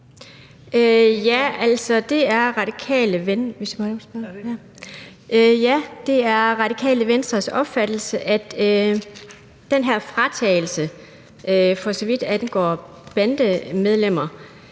Det er Det Radikale Venstres opfattelse, at den her fratagelse, for så vidt angår bandemedlemmer,